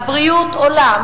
הבריאות, עולה.